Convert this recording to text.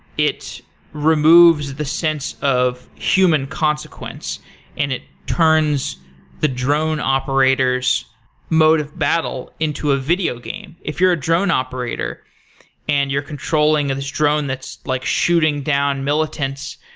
it removes the sense of human consequence and it turns the drone operators mode of battle into a video game. if you're a drone operator and you're controlling this drone that's like shooting down militants,